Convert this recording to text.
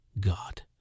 God